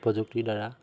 প্ৰযুক্তিৰ দ্বাৰা